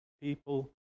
people